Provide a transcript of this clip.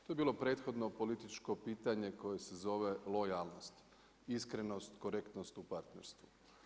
To je bilo prethodno političko pitanje koje se zove lojalnost, iskrenost, korektnost u partnerstvu.